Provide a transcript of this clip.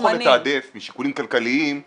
אני לא יכול לתעדף משיקולים כלכליים משקיע זר.